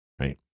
Right